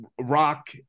rock